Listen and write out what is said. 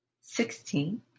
sixteen